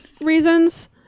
reasons